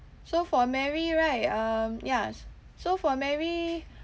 so for mary right um yes so for mary